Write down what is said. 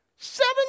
Seven